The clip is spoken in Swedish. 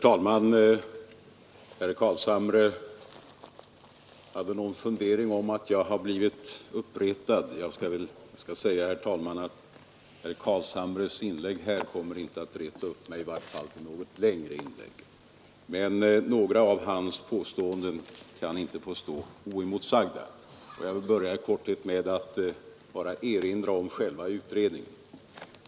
Herr talman! Herr Carlshamre hade någon fundering om att jag har blivit uppretad. Jag skall säga, herr talman, att herr Carlshamres inlägg här kommer i vart fall inte att reta upp mig till något längre inlägg, men några av hans påståenden kan inte få stå oemotsagda. Jag vill börja med att i korthet erinra om själva utredningen.